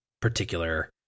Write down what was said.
particular